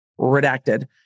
redacted